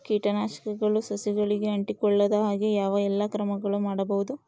ಕೇಟನಾಶಕಗಳು ಸಸಿಗಳಿಗೆ ಅಂಟಿಕೊಳ್ಳದ ಹಾಗೆ ಯಾವ ಎಲ್ಲಾ ಕ್ರಮಗಳು ಮಾಡಬಹುದು?